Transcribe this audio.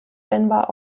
denver